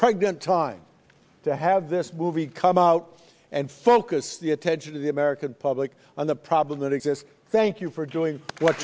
pregnant time to have this movie come out and focus the attention of the american public on the problem that exists thank you for joining what